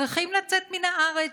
צריכים לצאת מן הארץ.